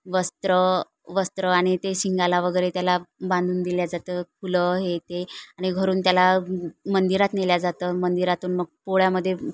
वस्त्र वस्त्र आणि ते शिंगाला वगैरे त्याला बांधून दिलं जातं फुलं हे ते आणि घरून त्याला मंदिरात नेलं जातं मंदिरातून मग पोळ्यामध्ये